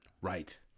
Right